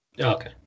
Okay